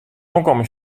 oankommen